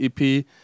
EP